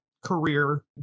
career